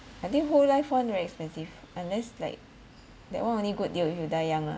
I think whole life one very expensive unless like that one only good deal if you die young lah